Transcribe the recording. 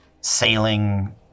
sailing